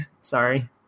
Sorry